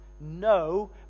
no